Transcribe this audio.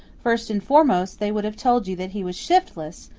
first and foremost, they would have told you that he was shiftless,